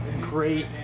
great